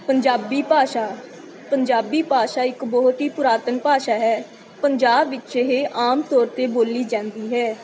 ਪੰਜਾਬੀ ਭਾਸ਼ਾ ਪੰਜਾਬੀ ਭਾਸ਼ਾ ਇੱਕ ਬਹੁਤ ਹੀ ਪੁਰਾਤਨ ਭਾਸ਼ਾ ਹੈ ਪੰਜਾਬ ਵਿੱਚ ਇਹ ਆਮ ਤੌਰ 'ਤੇ ਬੋਲੀ ਜਾਂਦੀ ਹੈ